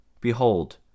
Behold